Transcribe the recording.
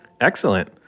Excellent